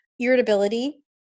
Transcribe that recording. irritability